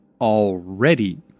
already